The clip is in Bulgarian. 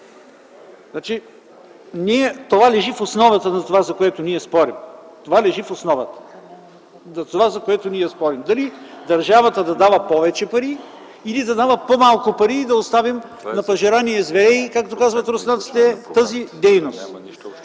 То лежи в основата на онова, за което спорим – дали държавата да дава повече пари или да дава по-малко пари и да оставим „на пожерание зверей”, както казват руснаците, тази дейност.